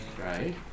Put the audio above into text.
right